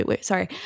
sorry